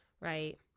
right